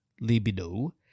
libido